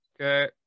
Okay